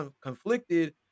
conflicted